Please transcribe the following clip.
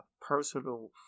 personal